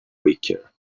weaker